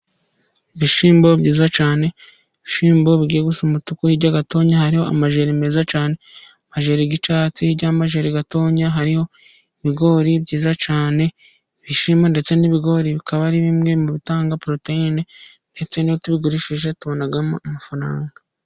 Ibishyimbo byiza cyane, ibishyimbo bigiye gusa umutuku. Hirya gatoya hari amajeri meza cyane, amajeri y'icyatsi. Hirya y'amajeri gatoya hariho ibigori byiza cyane. Ibishyimbo ndetse n'ibigori bikaba ari bimwe mu bitanga poroteyine, ndetse n'iyo tubigurishije tubonamo amafaranga.